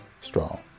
strong